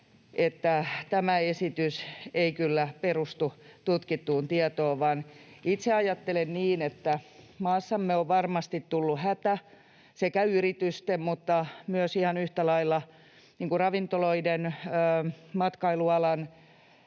tämä esitys ei kyllä perustu tutkittuun tietoon, vaan itse ajattelen niin, että maassamme on varmasti tullut hätä sekä yritysten että myös ihan yhtä lailla ravintola- ja matkailualan,